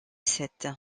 sept